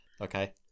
Okay